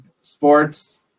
Sports